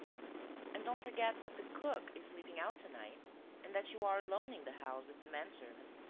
and don't forget that the cook is sleeping out to-night and that you are alone in the house with the man-servant.